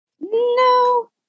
No